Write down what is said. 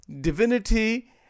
divinity